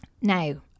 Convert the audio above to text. Now